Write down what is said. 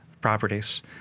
properties